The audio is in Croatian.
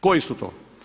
Koji su to?